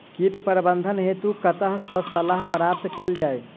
कीट प्रबंधन हेतु कतह सऽ सलाह प्राप्त कैल जाय?